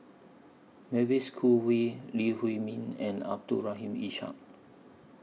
Mavis Khoo Oei Lee Huei Min and Abdul Rahim Ishak